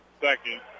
Second